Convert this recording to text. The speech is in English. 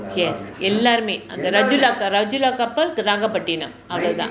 yes எல்லாருமே அந்த ரஜூலா அந்த ரஜூலா கப்பல்:ellarume antha rajoola antha rajoola kappal to nagapattinam